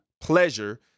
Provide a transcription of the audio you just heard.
pleasure